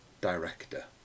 director